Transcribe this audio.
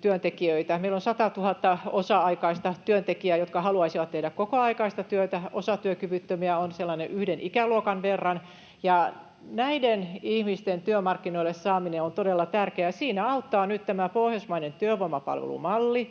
työntekijöitä. Meillä on 100 000 osa-aikaista työntekijää, jotka haluaisivat tehdä kokoaikaista työtä, osatyökyvyttömiä on sellainen yhden ikäluokan verran, ja näiden ihmisten työmarkkinoille saaminen on todella tärkeää. Siinä auttaa nyt tämä pohjoismainen työvoimapalvelumalli,